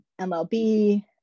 MLB